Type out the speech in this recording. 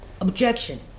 objection